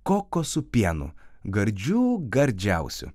kokosų pienu gardžių gardžiausiu